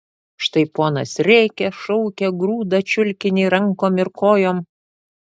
štai ponas rėkia šaukia grūda čiulkinį rankom ir kojom